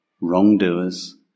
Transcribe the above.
wrongdoers